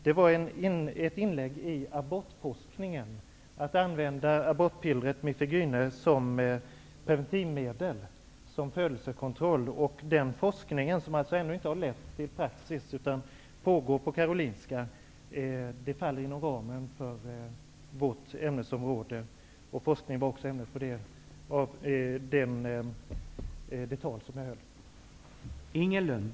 Det var ett inlägg som gällde abortforskningen, försöken att använda abortpillret Mifegyne som preventivmedel, för födelsekontroll. Den forskningen, som inte har lett till praktiska resultat utan pågår på Karolinska sjukhuset, faller inom ramen för vårt ämnesområde. Forskning var ämnet för det tal som jag höll.